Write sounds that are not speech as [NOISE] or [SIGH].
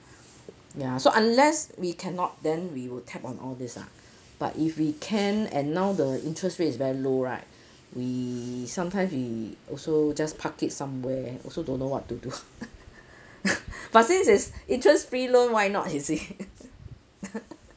ya so unless we cannot then we would tap on all these ah but if we can and now the interest rate is very low right we sometimes we also just park it somewhere also don't know what to do [LAUGHS] but since it's interest free loan why not you see [LAUGHS]